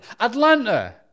Atlanta